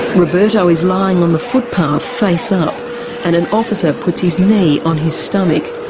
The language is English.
roberto is lying on the footpath face ah up and an officer puts his knee on his stomach.